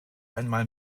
einmal